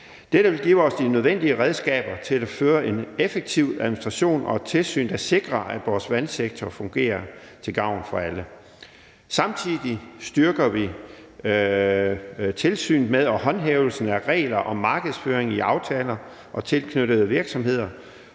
Dette vil give os de nødvendige redskaber til at føre en effektiv administration og et tilsyn, der sikrer, at vores vandsektor fungerer til gavn for alle. Samtidig styrker vi tilsynet med og håndhævelsen af regler om markedsmæssighed af aftaler og om tilknyttet virksomhed